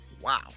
Wow